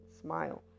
smile